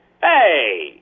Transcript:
Hey